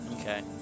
Okay